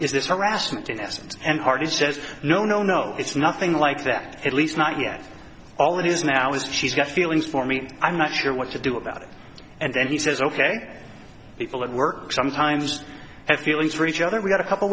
is this harassment in essence and harvey says no no no it's nothing like that at least not yet all it is now is she's got feelings for me i'm not sure what to do about it and then he says ok people at work sometimes have feelings for each other we got a couple